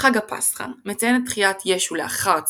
חג הפסחא – מציין את תחיית ישו לאחר צליבתו.